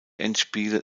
endspiele